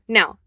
Now